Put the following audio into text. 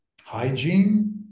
hygiene